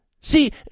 See